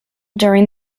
during